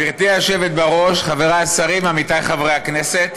גברתי היושבת-ראש, חברי השרים, עמיתיי חברי הכנסת